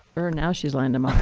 now she's lined them up.